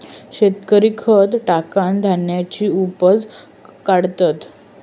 शेतकरी खत टाकान धान्याची उपज काढतत